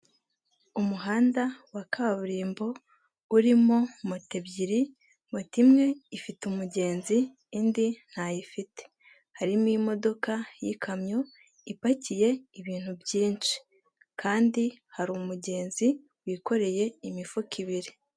Umuhanda wa kaburimbo urimo moto ebyiri moto imwe ifite umugenzi indi ntayifite harimo imodoka y'ikamyo ipakiye ibintu byinshi kandi hari umugenzi wikoreye imifuka ibiri.